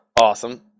Awesome